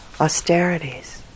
austerities